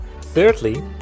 Thirdly